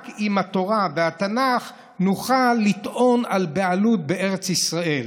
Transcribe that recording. רק עם התורה והתנ"ך נוכל לטעון לבעלות בארץ ישראל.